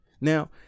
Now